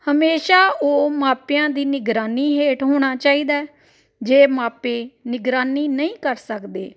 ਹਮੇਸ਼ਾ ਉਹ ਮਾਪਿਆਂ ਦੀ ਨਿਗਰਾਨੀ ਹੇਠ ਹੋਣਾ ਚਾਹੀਦਾ ਜੇ ਮਾਪੇ ਨਿਗਰਾਨੀ ਨਹੀਂ ਕਰ ਸਕਦੇ